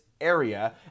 area